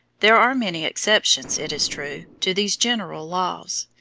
there are many exceptions, it is true, to these general laws.